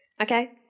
Okay